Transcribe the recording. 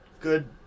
good